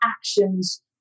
actions